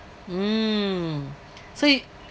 mm so you